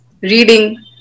reading